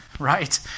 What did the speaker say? Right